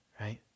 right